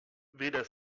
weder